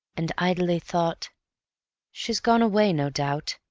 and idly thought she's gone away, no doubt,